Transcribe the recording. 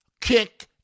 kick